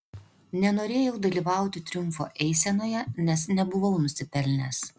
nenorėjau dalyvauti triumfo eisenoje nes nebuvau nusipelnęs